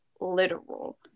literal